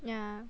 yeah